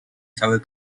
cały